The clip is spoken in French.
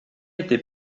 était